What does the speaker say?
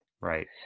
right